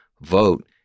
vote